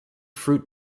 fruit